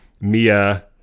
Mia